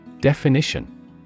Definition